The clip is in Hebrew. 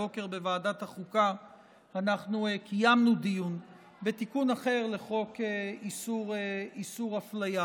הבוקר בוועדת החוקה קיימנו דיון בתיקון אחר לחוק איסור הפליה.